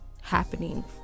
happening